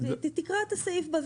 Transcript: תקרא את הסעיף.